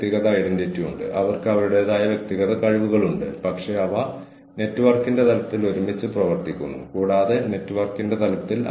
വ്യത്യസ്ത ടീമുകൾ വ്യത്യസ്ത ടീമുകളുടെ ഔട്ട്പുട്ട് ശേഖരിക്കുകയും ഓർഗനൈസേഷണൽ ഫലത്തിലേക്ക് ഫീഡ് ചെയ്യുകയും ചെയ്യുന്നു